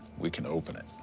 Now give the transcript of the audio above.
we can open it.